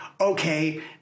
okay